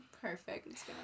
Perfect